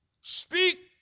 speak